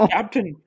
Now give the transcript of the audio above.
Captain